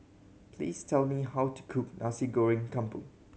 please tell me how to cook Nasi Goreng Kampung